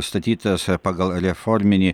statytas pagal reforminį